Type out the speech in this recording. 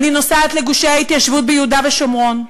אני נוסעת לגושי ההתיישבות ביהודה ושומרון,